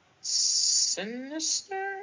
Sinister